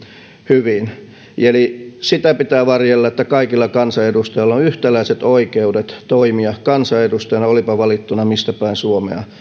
hyvin eli sitä pitää varjella että kaikilla kansanedustajilla on yhtäläiset oikeudet toimia kansanedustajana olipa valittuna mistäpäin suomea